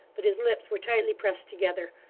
but his lips were tightly pressed together,